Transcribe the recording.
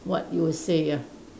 what you would say ya